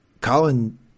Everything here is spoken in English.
Colin